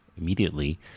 immediately